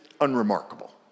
unremarkable